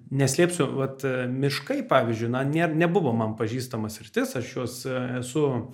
neslėpsiu vat miškai pavyzdžiui na nebuvo man pažįstama sritis aš juos esu